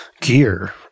gear